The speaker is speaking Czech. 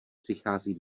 přichází